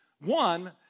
One